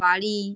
বাড়ি